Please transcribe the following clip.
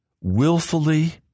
willfully